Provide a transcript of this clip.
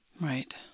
Right